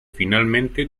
finalmente